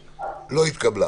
הרוויזיה לא התקבלה.